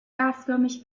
gasförmig